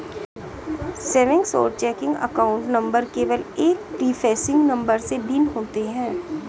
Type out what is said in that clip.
savings और checking account number केवल एक प्रीफेसिंग नंबर से भिन्न होते हैं